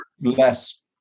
less